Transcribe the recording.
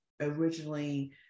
originally